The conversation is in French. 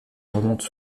remonte